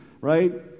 right